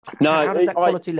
No